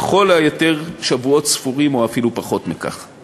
לכל היותר שבועות ספורים או אפילו פחות מכך.